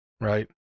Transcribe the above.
right